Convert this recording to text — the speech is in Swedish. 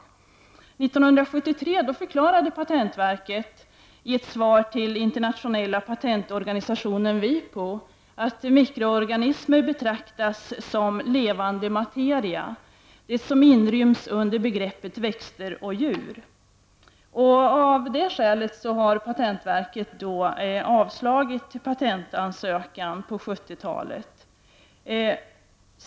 1973 förklarade patentverket i ett svar till Internationella patentorganisationen, WIPO, att mikroorganismer betraktas som levande materia som inryms under begreppet växter och djur. Av det skälet avslog patentverket ansökan på 1970-talet.